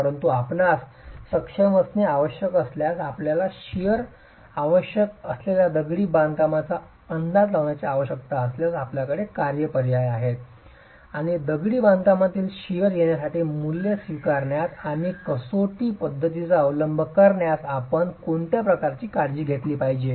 परंतु आपणास सक्षम असणे आवश्यक असल्यास आपल्याला शिअर आवश्यक असलेल्या दगडी बांधकामाचा अंदाज लावण्याची आवश्यकता असल्यास आपल्याकडे काय पर्याय आहेत आणि दगडी बांधकामातील शिअर येण्यासाठी मूल्ये स्वीकारण्यात आणि कसोटी पद्धतींचा अवलंब करण्यास आपण कोणत्या प्रकारची काळजी घेतली पाहिजे